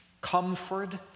Comfort